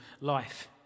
life